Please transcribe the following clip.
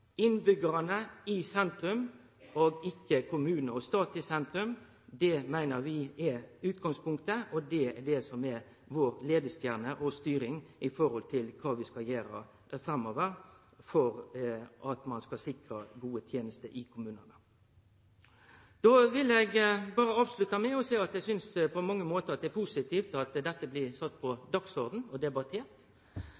Innbyggjarane i sentrum og ikkje kommune og stat i sentrum – det meiner vi er utgangspunktet, og det er det som er vår leiestjerne og styring når det gjeld kva vi skal gjere framover for å sikre gode tenester i kommunane. Då vil eg berre avslutte med å seie at eg på mange måtar synest det er positivt at dette blir sett på